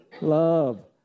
love